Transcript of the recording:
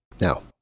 Now